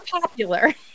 popular